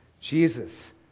Jesus